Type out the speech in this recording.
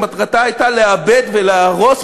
שמטרתה הייתה לאבד ולהרוס,